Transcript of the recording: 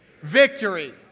victory